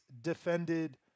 defended